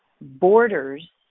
borders